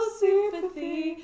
sympathy